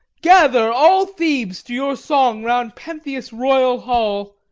gather all thebes to your song round pentheus' royal hall.